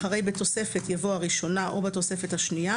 אחרי "בתוספת" יבוא "הראשונה או בתוספת השנייה,